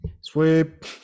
Sweep